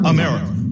America